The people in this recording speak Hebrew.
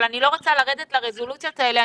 אני לא רוצה לרדת לרזולוציות האלה,